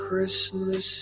Christmas